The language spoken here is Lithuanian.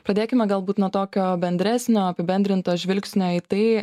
pradėkime galbūt nuo tokio bendresnio apibendrinto žvilgsnio į tai